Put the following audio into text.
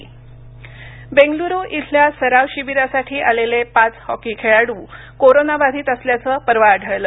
hockey Bengaluru इथल्या सराव शिबिरासाठी आलेले पाच हॉकी खेळाडू कोरोनाबाधित असल्याचं परवा आढळलं